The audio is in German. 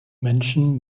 menschen